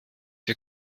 wir